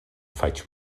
faig